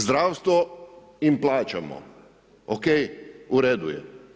Zdravstvo im plaćamo, ok, u redu je.